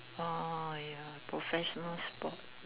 ah ya professional sport